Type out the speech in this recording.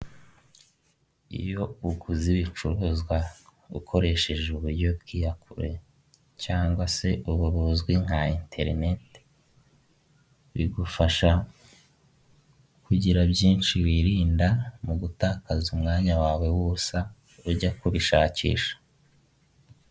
Iyo uguze ibicuruzwa ukoresheje uburyo bw'iyakure cyangwa se ubu buzwi nka interinete, bigufasha kugira byinshi wirinda mu gutakaza umwanya wawe w'ubusa ujya kubishakisha.